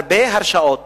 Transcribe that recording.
הרבה הרשאות